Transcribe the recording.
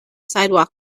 sidewalk